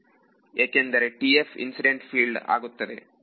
ವಿದ್ಯಾರ್ಥಿ ಏಕೆಂದರೆ TF incident field ಆಗಿರುತ್ತದೆ